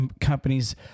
companies